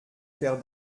faire